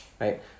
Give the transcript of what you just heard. right